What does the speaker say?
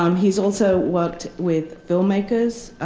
um he's also worked with filmmakers,